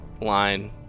Line